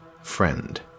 friend